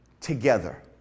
Together